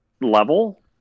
level